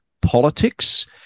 politics